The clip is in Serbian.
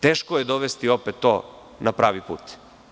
Teško je opet dovesti to na pravi put.